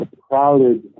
crowded